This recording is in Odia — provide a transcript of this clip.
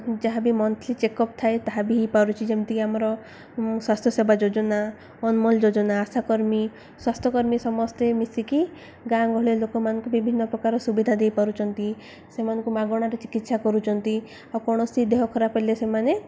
ଯାହା ବିି ମନ୍ଥଲି ଚେକଅପ୍ ଥାଏ ତାହା ବି ହେଇପାରୁଛି ଯେମିତିକି ଆମର ସ୍ୱାସ୍ଥ୍ୟ ସେବା ଯୋଜନା ଅନମୋଲ୍ ଯୋଜନା ଆଶାକର୍ମୀ ସ୍ୱାସ୍ଥ୍ୟକର୍ମୀ ସମସ୍ତେ ମିଶିକି ଗାଁ ଗହଳି ଲୋକମାନଙ୍କୁ ବିଭିନ୍ନ ପ୍ରକାର ସୁବିଧା ଦେଇପାରୁଛନ୍ତି ସେମାନଙ୍କୁ ମାଗଣାରେ ଚିକିତ୍ସା କରୁଛନ୍ତି ଆଉ କୌଣସି ଦେହ ଖରାପ ହେଲେ ସେମାନେ